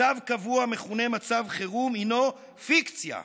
מצב קבוע המכונה מצב חירום הינו פיקציה.